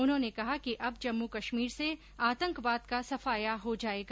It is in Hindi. उन्होंने कहा कि अब जम्मू कश्मीर से आतंकवाद का सफाया हो जायेगा